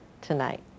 tonight